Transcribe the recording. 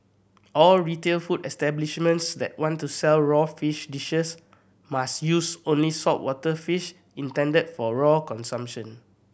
all retail food establishments that want to sell raw fish dishes must use only saltwater fish intended for raw consumption